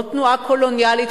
לא תנועה קולוניאלית,